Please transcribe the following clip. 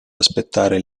aspettare